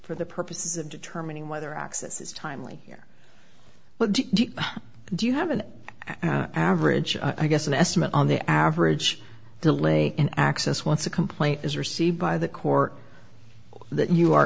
for the purposes of determining whether access is timely here but do you have an average i guess an estimate on the average delay in access once a complaint is received by the court that you are